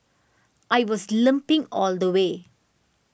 I was limping all the way